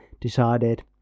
decided